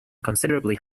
considerably